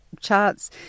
charts